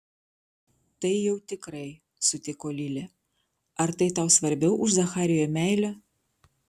tai jau tikrai sutiko lilė ar tai tau svarbiau už zacharijo meilę